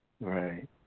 Right